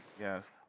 Yes